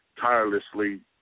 tirelessly